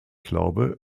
glaube